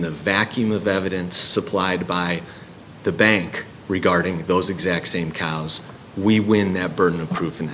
the vacuum of evidence supplied by the bank regarding those exact same cows we when the burden of